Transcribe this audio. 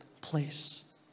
place